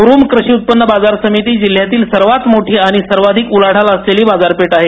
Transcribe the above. म्रूम कृषी उत्पन्न बाजार समिती जिल्ह्यातील सर्वात मोठी आणि सर्वाधिक उलाढाल असलेली बाजारपेठ आहे